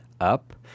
up